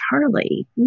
Charlie